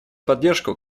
поддержку